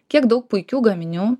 kiek daug puikių gaminių